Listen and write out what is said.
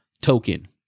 Token